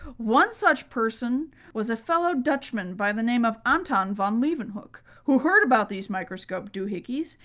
one such person was a fellow dutchman by the name of anton van leeuwenhoek, who heard about these microscope doohickeys,